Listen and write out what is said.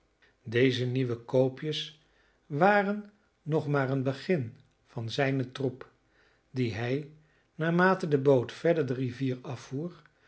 deze nieuwe koopjes waren nog maar een begin van zijnen troep dien hij naarmate de boot verder de rivier afvoer